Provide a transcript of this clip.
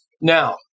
Now